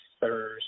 Thursday